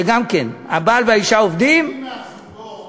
שגם כן, הבעל והאישה עובדים, רבים מהזוגות